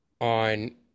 on